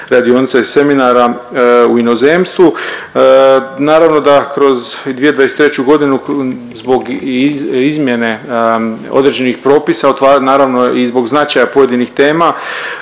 radionica i seminara u inozemstvu. Naravno da kroz 2023. godinu zbog izmjene određenih propisa otva… naravno i zbog značaja pojedinih tema